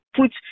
put